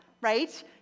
right